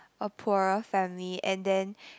a poorer family and then